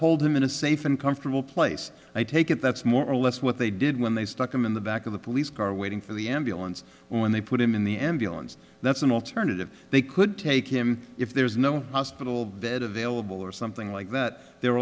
hold him in a safe and comfortable place i take it that's more or less what they did when they stuck him in the back of the police car waiting for the ambulance when they put him in the ambulance that's an alternative they could take him if there's no hospital bed available or something like that they're